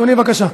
אדוני, בבקשה.